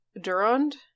Durand